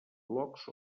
blogs